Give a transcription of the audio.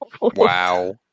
Wow